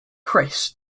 chris